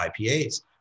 IPAs